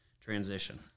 transition